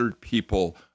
people